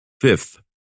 Fifth